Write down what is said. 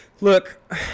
look